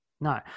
No